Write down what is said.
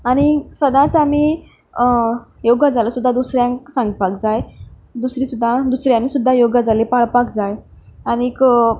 आनीक सदांच आमी ह्यो गजाली सुद्दा दुसऱ्यांक सांगपाक जाय दुसरी सुद्दा दुसऱ्यांनी सुद्दा ह्यो गजाली पाळपाक जाय आनीक